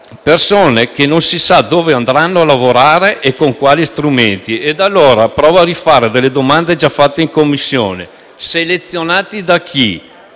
persone che non si sa dove andranno a lavorare e con quali strumenti. Provo allora a rifare delle domande già fatte in Commissione: selezionati da chi?